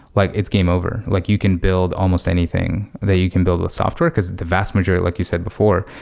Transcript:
like it's game over. like you can build almost anything that you can build with software, because the vast majority like you said before,